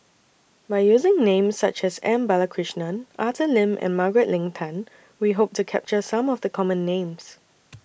By using Names such as M Balakrishnan Arthur Lim and Margaret Leng Tan We Hope to capture Some of The Common Names